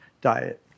diet